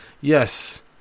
yes